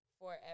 forever